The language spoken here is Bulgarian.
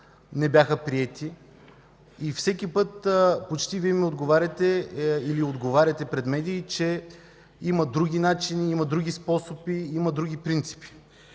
не бяха приети, и всеки път почти Вие ми отговаряте, или отговаряте пред медии, че има други начини, има други способи, има други принципи.